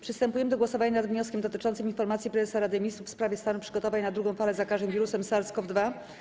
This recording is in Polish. Przystępujemy do głosownia nad wnioskiem dotyczącym informacji prezesa Rady Ministrów w sprawie stanu przygotowań na drugą falę zakażeń wirusem SARS-CoV-2.